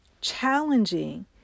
challenging